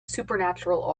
supernatural